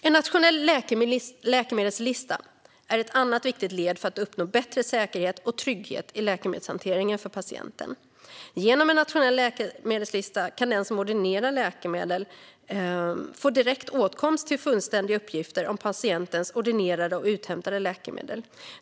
En nationell läkemedelslista är ett annat viktigt led för att uppnå bättre säkerhet och trygghet för patienten i läkemedelshanteringen. Genom en nationell läkemedelslista kan den som ordinerar läkemedel få direktåtkomst till fullständiga uppgifter om patientens ordinerade och uthämtade läkemedel.